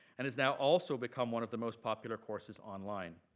and has now also become one of the most popular courses online.